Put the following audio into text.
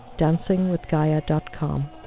dancingwithgaia.com